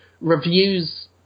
reviews